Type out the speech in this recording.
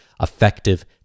effective